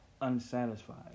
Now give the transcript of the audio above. unsatisfied